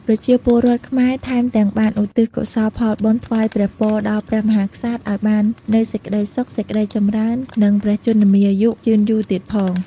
ប្រជាពលរដ្ឋខ្មែរថែមទាំងបាន ឧទ្ទិសកុសលផលបុណ្យថ្វាយព្រះពរដល់ព្រះមហាក្សត្រឲ្យបាននូវសេចក្ដីសុខ សេចក្ដីចម្រើន និងព្រះជន្មាយុយឺនយូរទៀតផង។